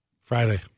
Friday